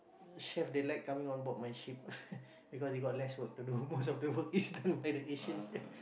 chef they like coming on board my ship because they got less work to do most of the work is done by the Asians